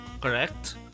correct